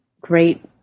great